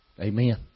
Amen